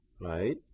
right